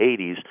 80s